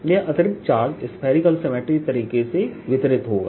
यह अतिरिक्त charge spherical symmetry तरीके से वितरित होगा